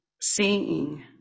seeing